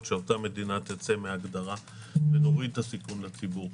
עד שאותה מדינה תצא מן ההגדרה ונוריד את הסיכון לציבור.